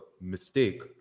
mistake